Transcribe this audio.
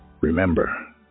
remember